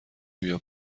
بیا